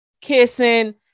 kissing